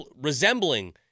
resembling